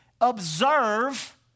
observe